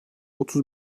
otuz